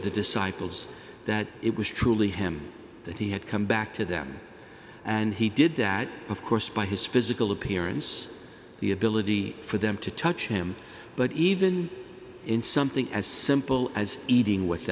disciples that it was truly him that he had come back to them and he did that of course by his physical appearance the ability for them to touch him but even in something as simple as eating with